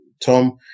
Tom